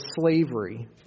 slavery